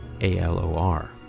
A-L-O-R